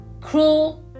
cruel